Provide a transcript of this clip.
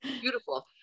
Beautiful